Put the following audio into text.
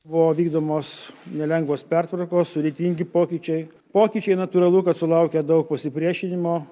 buvo vykdomos nelengvos pertvarkos sudėtingi pokyčiai pokyčiai natūralu kad sulaukia daug pasipriešinimo